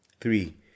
Three